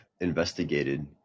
investigated